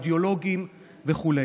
למשל רדיולוגיים וכו'.